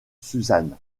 suzanne